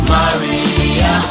Maria